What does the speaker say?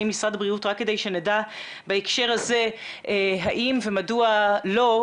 משרד הבריאות רק כדי שנדע בהקשר הזה האם ומדוע לא,